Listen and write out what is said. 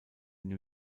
new